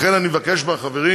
לכן אני מבקש מהחברים,